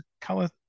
color